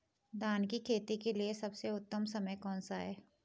धान की खेती के लिए सबसे उत्तम समय कौनसा है?